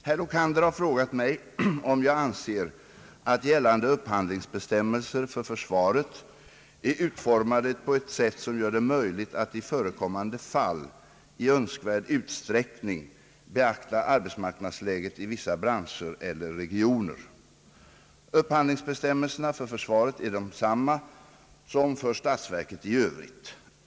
Herr talman! Herr Lokander har frågat mig, om jag anser att gällande upphandlingsbestämmelser för försvaret är utformade på ett sätt som gör det möjligt att i förekommande fall i önskvärd utsträckning beakta arbetsmarknadsläget i vissa branscher eller regioner. Upphandlingsbestämmelserna för försvaret är desamma som för statsverket i övrigt.